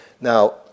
Now